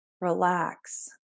relax